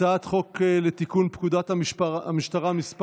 הצעת חוק לתיקון פקודת המשטרה (מס'